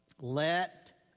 let